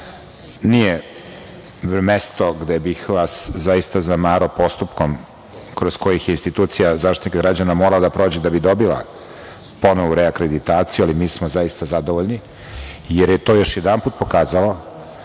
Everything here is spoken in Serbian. nije mesto gde bih vas zaista zamarao postupkom kroz koji je Institucija Zaštitnika građana, morala da prođe da bi dobila ponovo reakreditaciju, ali mi smo zaista zadovoljni, jer je to još jednom pokazalo